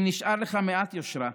אם נשארה לך מעט יושרה,